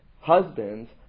husbands